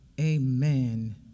amen